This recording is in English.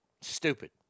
stupid